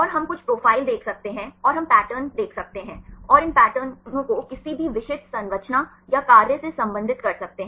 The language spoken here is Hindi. और हम कुछ प्रोफाइल देख सकते हैं और हम पैटर्न देख सकते हैं और इन पैटर्नों को किसी भी विशिष्ट संरचना या कार्य से संबंधित कर सकते हैं